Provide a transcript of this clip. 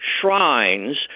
shrines